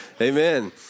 Amen